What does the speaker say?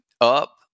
up